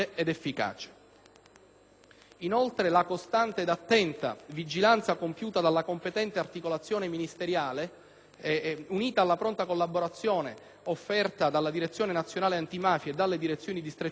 Inoltre, la costante ed attenta attività di vigilanza compiuta dalla competente articolazione ministeriale, unita alla pronta collaborazione offerta dalla Direzione nazionale antimafia e dalle Direzioni distrettuali antimafia,